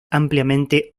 ampliamente